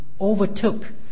overtook